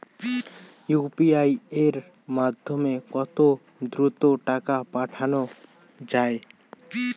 UPI এর মাধ্যমে কত দ্রুত টাকা পাঠানো যায়?